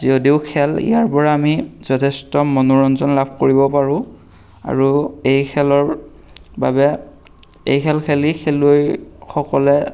যদিও খেল ইয়াৰ পৰা আমি যথেষ্ট মনোৰঞ্জন লাভ কৰিব পাৰোঁ আৰু এই খেলৰ বাবে এই খেল খেলি খেলুৱৈসকলে